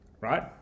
right